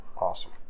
Awesome